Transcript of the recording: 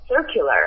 circular